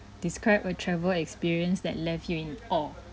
describe a travel experience that left you in awe